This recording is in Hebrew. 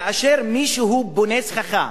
כאשר מישהו בונה סככה,